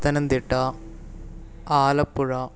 Pathanamthitta Alappuzha